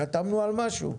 חתמנו על משהו..".